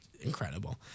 incredible